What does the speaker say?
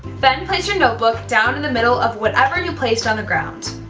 then place your notebook down in the middle of whatever you placed on the ground.